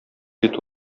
бит